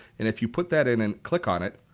if you put that in and click on it,